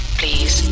please